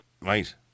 Right